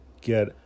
get